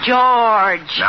George